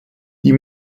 die